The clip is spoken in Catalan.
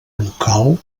local